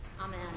Amen